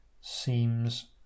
seems